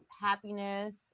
Happiness